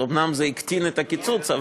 אז אומנם זה הקטין את הקיצוץ,